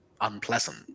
unpleasant